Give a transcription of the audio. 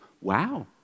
wow